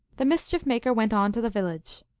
the mischief maker went on to the village.